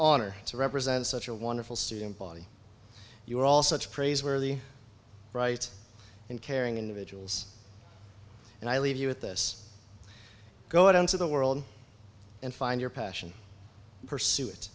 been on or to represent such a wonderful student body you are all such praiseworthy rights and caring individuals and i leave you with this go out into the world and find your passion pursue it